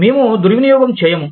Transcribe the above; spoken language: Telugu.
మేము దుర్వినియోగం చేయము